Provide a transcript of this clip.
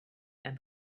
and